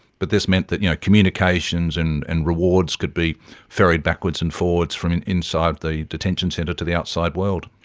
but this meant that you know communications and and rewards could be ferried backwards and forwards from inside the detention centre to the outside world.